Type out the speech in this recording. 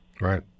Right